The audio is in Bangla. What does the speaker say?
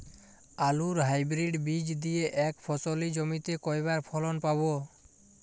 আলুর হাইব্রিড বীজ দিয়ে এক ফসলী জমিতে কয়বার ফলন পাব?